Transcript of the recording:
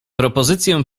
propozycję